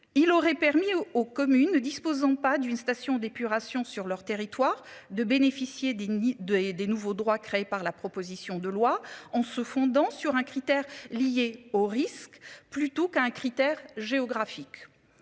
Il aurait permis aux aux communes ne disposant pas d'une station d'épuration sur leur territoire de bénéficier des de et des nouveaux droits créée par la proposition de loi en se fondant sur un critère lié aux risques plutôt qu'à un critère géographique.